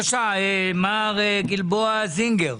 בבקשה, מר גלבוע זינגר.